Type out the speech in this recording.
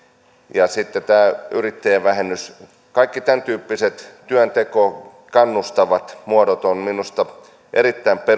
ja sitten tämä yrittäjävähennys kaikki tämäntyyppiset työntekoon kannustavat muodot ovat minusta erittäin perusteltuja